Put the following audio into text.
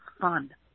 fun